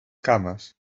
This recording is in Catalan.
cames